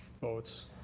votes